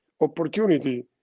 opportunity